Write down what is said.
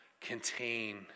contain